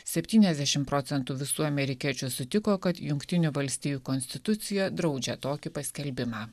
septyniasdešimt procentų visų amerikiečių sutiko kad jungtinių valstijų konstitucija draudžia tokį paskelbimą